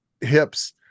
hips